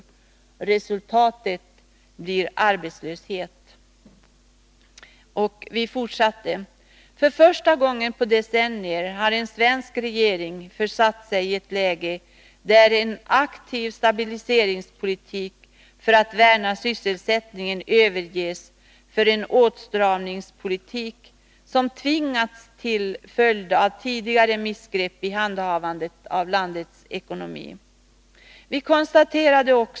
Resultatet blir arbetslöshet. För första gången på decennier har en svensk regering försatt sig i ett läge där en aktiv stabiliseringspolitik för att värna sysselsättningen överges för en åtstramningspolitik som framtvingats till följd av tidigare missgrepp i handhavandet av landets ekonomi.